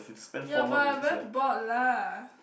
yeah but I very bored lah